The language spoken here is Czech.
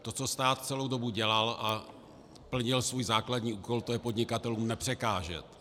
To, co stát celou dobu dělal, a plnil svůj základní úkol, to je podnikatelům nepřekážet.